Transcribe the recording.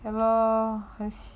ya lor